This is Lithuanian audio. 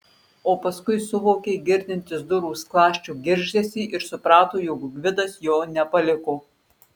o paskui suvokė girdintis durų skląsčio girgždesį ir suprato jog gvidas jo nepaliko